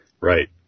Right